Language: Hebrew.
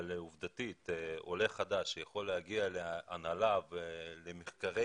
עובדתית עולה חדש שיכול להגיע להנהלה ולמחקרי